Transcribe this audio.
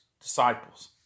disciples